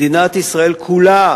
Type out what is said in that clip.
מדינת ישראל כולה